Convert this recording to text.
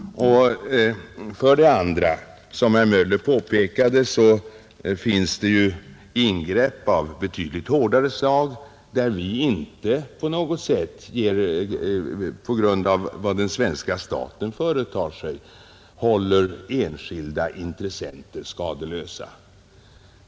För det andra finns det ju, som herr Möller påpekade, statliga ingrepp av betydligt hårdare slag, där vi inte heller håller enskilda intressenter skadeslösa.